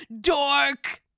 Dork